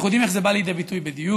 אנחנו יודעים איך זה בא לידי ביטוי בדיור,